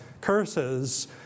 curses